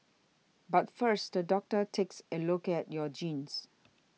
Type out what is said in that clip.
but first the doctor takes a look at your genes